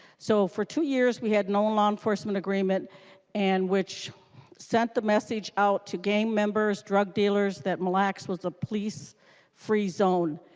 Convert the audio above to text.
so for two years we had no law enforcement agreement and which sent the message out to gain members drug dealers that mille lacs is a police free zone.